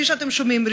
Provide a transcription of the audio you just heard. כפי שאתם שומעים,